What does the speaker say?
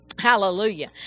Hallelujah